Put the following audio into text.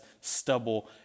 stubble